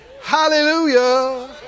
Hallelujah